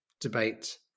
debate